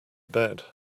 bed